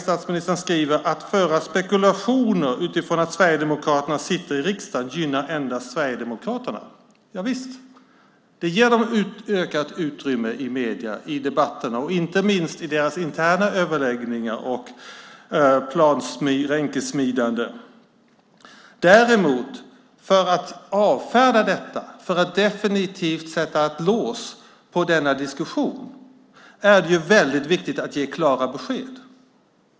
Statsministern skriver: Att föra spekulationer utifrån att Sverigedemokraterna sitter i riksdagen gynnar endast Sverigedemokraterna. Javisst, det ger dem utökat utrymme i medierna, i debatterna, och inte minst i deras interna överläggningar och ränksmidande. För att avfärda detta och för att definitivt sätta ett lås på denna diskussion är det väldigt viktigt att ge klara besked.